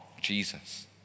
Jesus